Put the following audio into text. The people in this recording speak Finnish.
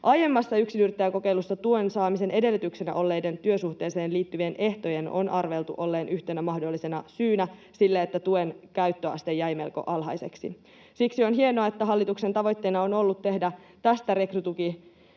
Aiemmassa yksinyrittäjäkokeilussa tuen saamisen edellytyksenä olleiden työsuhteeseen liittyvien ehtojen on arveltu olleen yhtenä mahdollisena syynä siihen, että tuen käyttöaste jäi melko alhaiseksi. Siksi on hienoa, että hallituksen tavoitteena on ollut tehdä tästä rekrytukikokeilusta